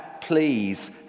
please